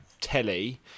telly